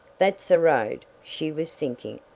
that's a road, she was thinking.